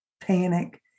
panic